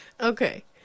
Okay